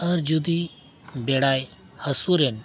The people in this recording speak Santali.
ᱟᱨ ᱡᱩᱫᱤ ᱵᱮᱲᱟᱭ ᱦᱟᱹᱥᱩᱨᱮᱱ